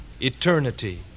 eternity